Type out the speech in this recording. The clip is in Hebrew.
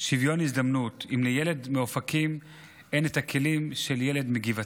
שוויון הזדמנויות אם לילד מאופקים אין את הכלים של ילד מגבעתיים.